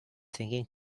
thinking